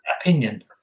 opinion